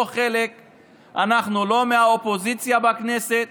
אנחנו לא מהאופוזיציה בכנסת